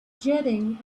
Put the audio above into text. jetting